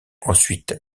ensuite